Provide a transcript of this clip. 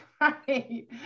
right